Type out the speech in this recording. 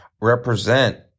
represent